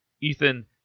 Ethan